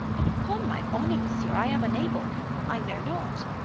upon my honor, monsieur, i am unable i know not.